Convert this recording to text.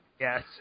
Yes